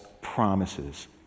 promises